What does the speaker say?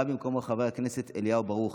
בא חבר הכנסת אליהו ברוכי.